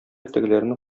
тегеләрне